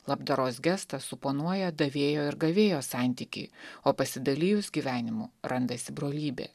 labdaros gestas suponuoja davėjo ir gavėjo santykį o pasidalijus gyvenimu randasi brolybė